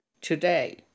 today